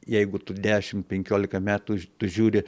jeigu tu dešimt penkiolika metų tu žiūri